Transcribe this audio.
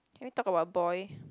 can we talk about boy